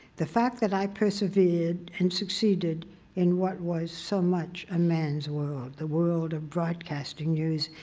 the fact that i persevered and succeeded in what was so much a man's world, the world of broadcasting news,